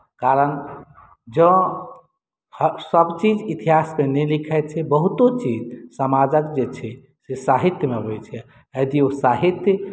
कारण जँ सभचीज इतिहासमे नहि लिखाइत छै बहुतो चीज समाजक जे छै से साहित्यमे अबैत छै यदि ओ साहित्य